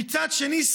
ומצד שני,